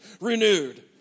renewed